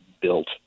built